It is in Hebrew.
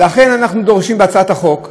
לכן אנחנו דורשים בהצעת החוק: